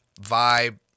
vibe